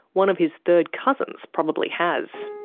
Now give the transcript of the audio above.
one of his third cousins probably has.